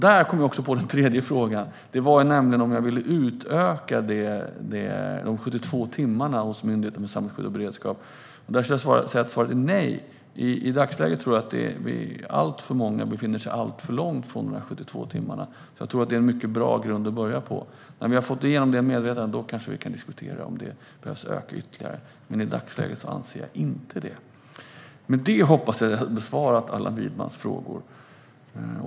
Nu kom jag på den tredje frågan: Vill jag utöka tiden, så att det blir mer än de 72 timmar som Myndigheten för samhällsskydd och beredskap har uttryckt? Där skulle jag säga att svaret är nej. I dagsläget tror jag att alltför många befinner sig alltför långt från de 72 timmarna, så jag tror att det är en mycket bra grund att börja med. När vi har fått igenom det medvetandet kanske vi kan diskutera om det behöver öka ytterligare, men i dagsläget anser jag inte det. Med det hoppas jag att jag har besvarat Allan Widmans frågor.